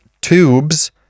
tubes